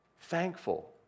Thankful